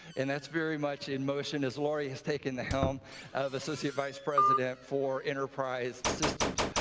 and that's very much in motion as laurie has taken the helm of associate vice-president for enterprise systems.